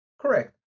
Correct